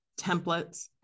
templates